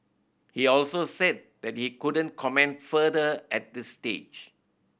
he also said that he couldn't comment further at this stage